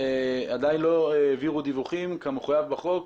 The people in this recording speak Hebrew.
עדיין לא העבירו דיווחים כמחויב בחוק,